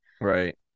right